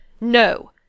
No